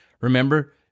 remember